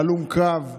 הלום קרב,